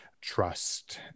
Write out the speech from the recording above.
trust